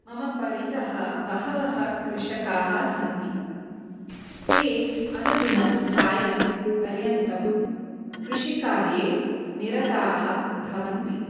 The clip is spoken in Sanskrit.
मम परितः बहवः कृषकाः सन्ति ते अनुदिनं सायंपर्यन्तं कृषिकार्ये निरताः भवन्ति